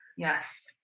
yes